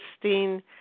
Christine